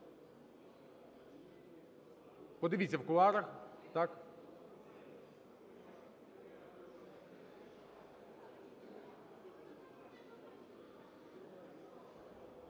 Подивіться в кулуарах,